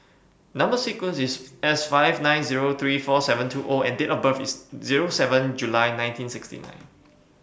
Number sequence IS S five nine Zero three four seven two O and Date of birth IS Zero seven July nineteen sixty nine